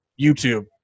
YouTube